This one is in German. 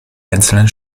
einzelnen